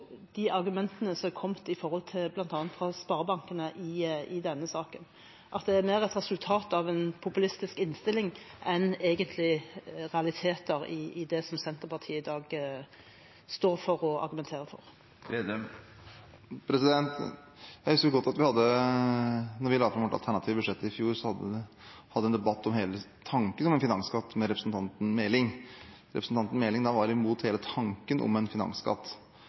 de argumentene som er kommet når det gjelder bl.a. sparebankene i denne saken – at det er mer et resultat av en populistisk innstilling enn at det egentlig er realiteter i det som Senterpartiet i dag står for og argumenterer for. Jeg husker godt at vi da vi la fram vårt alternative budsjett i fjor, hadde en debatt med representanten Meling om hele tanken om en finansskatt. Representanten Meling var da imot hele tanken om en finansskatt.